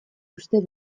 uste